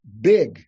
big